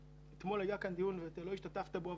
אתמול היה כאן דיון שלא השתתפת בו,